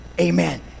amen